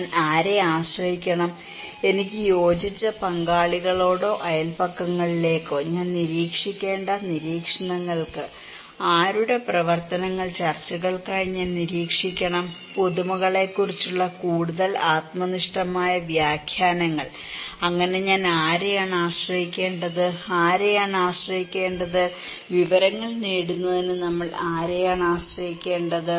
ഞാൻ ആരെ ആശ്രയിക്കണം എന്റെ യോജിച്ച പങ്കാളികളോടോ അയൽപക്കങ്ങളിലേക്കോ ഞാൻ നിരീക്ഷിക്കേണ്ട നിരീക്ഷണങ്ങൾക്ക് ആരുടെ പ്രവർത്തനങ്ങൾ ചർച്ചകൾക്കായി ഞാൻ നിരീക്ഷിക്കണം പുതുമകളെക്കുറിച്ചുള്ള കൂടുതൽ ആത്മനിഷ്ഠമായ വ്യാഖ്യാനങ്ങൾ അങ്ങനെ ഞാൻ ആരെയാണ് ആശ്രയിക്കേണ്ടത് ആരെയാണ് ആശ്രയിക്കേണ്ടത് വിവരങ്ങൾ നേടുന്നതിന് നമ്മൾ ആരെയാണ് ആശ്രയിക്കേണ്ടത്